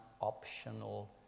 optional